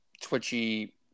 twitchy